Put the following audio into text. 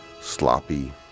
sloppy